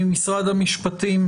המטרה שלנו היא לקדם את החקיקה